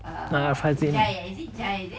ah fazil